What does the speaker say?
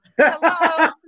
Hello